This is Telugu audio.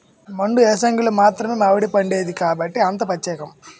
మండు ఏసంగిలో మాత్రమే మావిడిపండేది కాబట్టే అంత పచ్చేకం